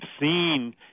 seen